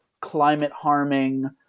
climate-harming